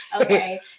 Okay